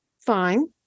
Fine